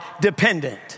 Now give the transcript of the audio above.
dependent